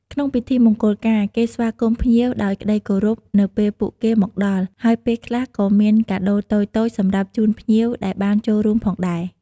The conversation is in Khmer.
ក្នុងពិធីមង្គលការ គេស្វាគមន៍ភ្ញៀវដោយក្ដីគោរពនៅពេលពួកគេមកដល់ ហើយពេលខ្លះក៏មានកាដូតូចៗសម្រាប់ជូនភ្ញៀវដែលបានចូលរួមផងដែរ។